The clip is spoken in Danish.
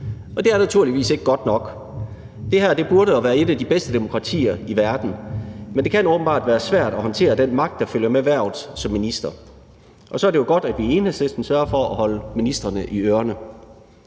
Det er naturligvis ikke godt nok. Det her burde være et af de bedste demokratier i verden, men det kan åbenbart være svært at håndtere den magt, der følger med hvervet som minister, og så er det jo godt, at vi i Enhedslisten sørger for at holde ministrene i ørerne.